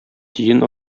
тиен